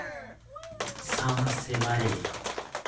ᱥᱟᱶᱟᱨ ᱥᱮᱵᱟᱨᱮ